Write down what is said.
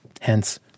hence